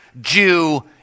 Jew